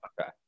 Okay